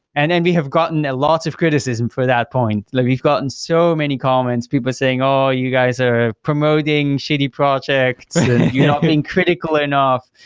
and and we have gotten a lot of criticism for that point. like we've gotten so many comments, people saying, oh, you guys are promoting shitty projects and you're not being critical enough.